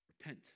Repent